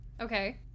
Okay